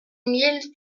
mille